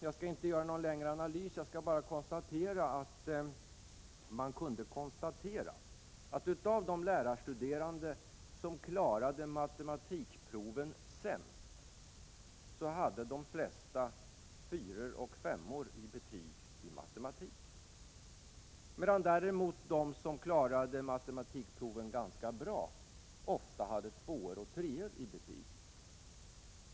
Jag skall inte göra någon grundlig analys utan bara nämna att man kunde konstatera att av de lärarstuderande som klarade matematikproven sämst hade de flesta fyror och femmor i betyg i matematik, medan däremot de som klarade matematikproven ganska bra ofta hade tvåor och treor i betyg.